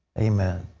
amen.